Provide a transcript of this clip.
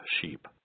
sheep